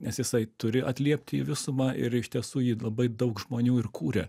nes jisai turi atliepti į visumą ir iš tiesų į labai daug žmonių ir kuria